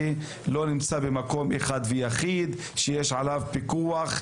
לא נמצא במקום אחד ויחיד שבו יש עליו פיקוח,